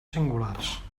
singulars